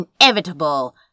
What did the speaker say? inevitable